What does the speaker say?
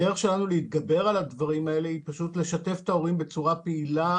הדרך שלנו להתגבר על הדברים האלה היא פשוט לשתף את ההורים בצורה פעילה.